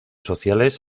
sociales